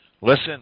listen